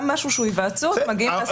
גם משהו שהוא היוועצות מגיעים איתו להסכמות.